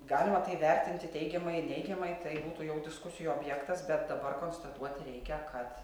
galima tai vertinti teigiamai ir neigiamai tai būtų jau diskusijų objektas bet dabar konstatuoti reikia kad